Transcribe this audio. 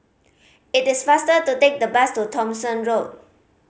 it is faster to take the bus to Thomson Road